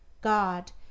God